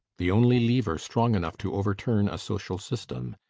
the only lever strong enough to overturn a social system,